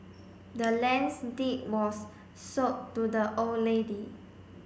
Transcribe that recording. the land's deed was sold to the old lady